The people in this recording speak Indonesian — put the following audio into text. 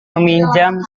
meminjam